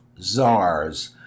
czars